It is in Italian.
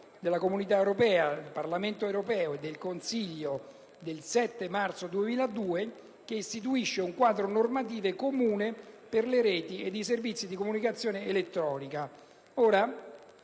della Comunità europea 2002/21/CE, del Parlamento europeo e del Consiglio del 7 marzo 2002, che istituisce un quadro normativo comune per le reti ed i servizi di comunicazione elettronica.